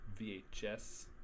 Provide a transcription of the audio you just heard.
VHS